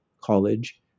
college